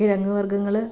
കിഴങ്ങ് വർഗ്ഗങ്ങള്